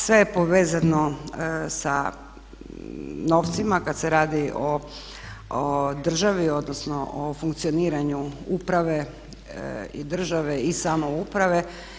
Sve je povezano sa novcima kad se radi o državi, odnosno o funkcioniranju uprave i države i samouprave.